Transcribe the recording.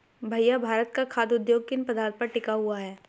भैया भारत का खाघ उद्योग किन पदार्थ पर टिका हुआ है?